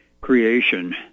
creation